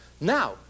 Now